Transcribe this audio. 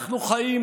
אנחנו חיים,